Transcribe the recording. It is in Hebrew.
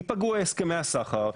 ייפגעו הסכמי הסחר.